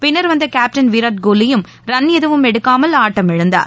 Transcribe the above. பின்னர் வந்தகேப்டன் விராட் கோலியும் ரன் எதுவும் எடுக்காமல் ஆட்டம் இழந்தார்